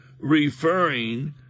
referring